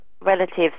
relatives